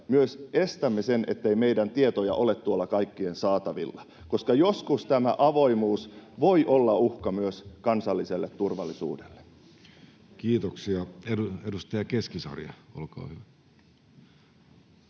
myös estämme sen, että meidän tietojamme olisi tuolla kaikkien saatavilla, koska joskus tämä avoimuus voi olla uhka myös kansalliselle turvallisuudelle. Kiitoksia. — Edustaja Keskisarja, olkaa hyvä.